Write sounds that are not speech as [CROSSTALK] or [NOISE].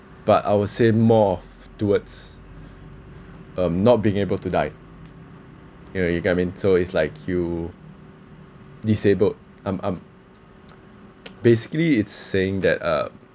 but I would say more towards um not being able to die you know you get what I mean so it's like you disabled um um [NOISE] basically it's saying that ugh